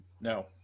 No